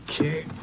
Okay